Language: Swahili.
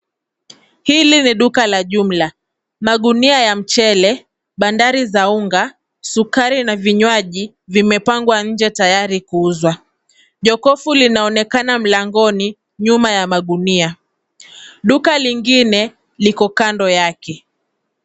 Hili ni duka la jumla. Magunia ya mchele, bandali za unga, sukari na vinywaji vimepangwa nje tayari kuuzwa. Jokofu linaonekana mlangoni nyuma ya magunia. Duka lingine liko kando yake.